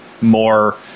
more